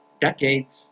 decades